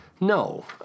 No